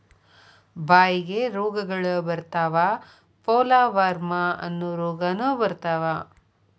ಬಾಯಿಗೆ ರೋಗಗಳ ಬರತಾವ ಪೋಲವಾರ್ಮ ಅನ್ನು ರೋಗಾನು ಬರತಾವ